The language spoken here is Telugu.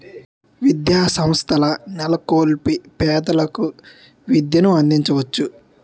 విద్యాసంస్థల నెలకొల్పి పేదలకు విద్యను అందించవచ్చు